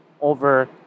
over